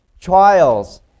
trials